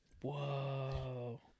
Whoa